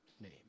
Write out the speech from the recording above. name